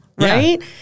Right